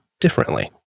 differently